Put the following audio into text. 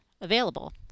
available